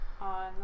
On